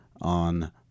on